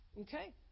Okay